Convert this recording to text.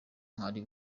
ari